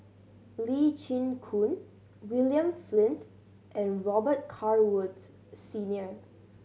Lee Chin Koon William Flint and Robet Carr Woods Senior